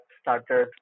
started